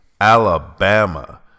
Alabama